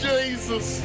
Jesus